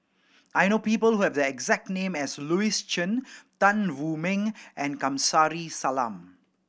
I know people who have the exact name as Louis Chen Tan Wu Meng and Kamsari Salam